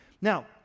Now